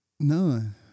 None